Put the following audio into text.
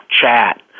chat